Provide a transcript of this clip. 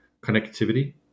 connectivity